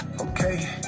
okay